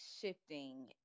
shifting